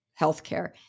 healthcare